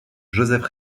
joseph